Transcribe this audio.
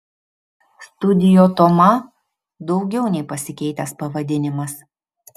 studio toma daugiau nei pasikeitęs pavadinimas